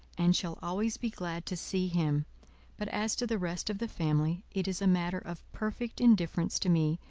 and shall always be glad to see him but as to the rest of the family, it is a matter of perfect indifference to me,